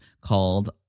called